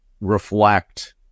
reflect